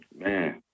Man